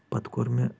پتہٕ کوٚر مےٚ